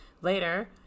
later